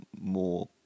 more